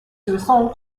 result